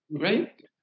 Right